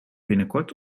binnenkort